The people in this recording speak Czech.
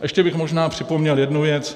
Ještě bych možná připomněl jednu věc.